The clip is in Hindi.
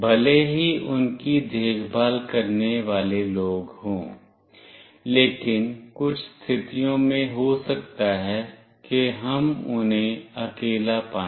भले ही उनकी देखभाल करने वाले लोग हों लेकिन कुछ स्थितियों में हो सकता है कि हम उन्हें अकेला पाएं